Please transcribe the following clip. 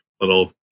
little